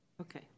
Okay